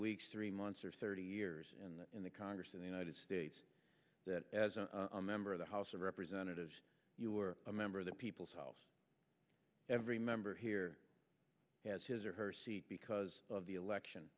weeks three months or thirty years in the in the congress of the united states that as a member of the house of representatives you are a member of the people solved every member here has his or her seat because of the election